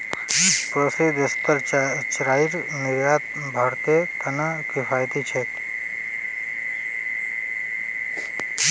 पड़ोसी देशत चाईर निर्यात भारतेर त न किफायती छेक